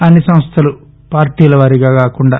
అన్ని సంస్థలు పార్టీల వారీగా కాకుండా